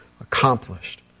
accomplished